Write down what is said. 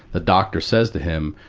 the doctor says to him,